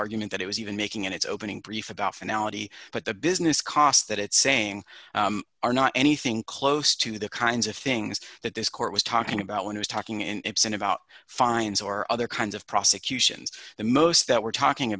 argument that it was even making in its opening brief about fidelity but the business costs that it's saying are not anything close to the kinds of things that this court was talking about when he's talking and absent about fines or other kinds of prosecutions the most that we're talking